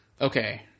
Okay